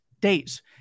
days